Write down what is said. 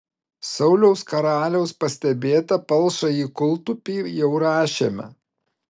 sauliaus karaliaus pastebėtą palšąjį kūltupį jau rašėme